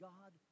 God